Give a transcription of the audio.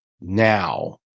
now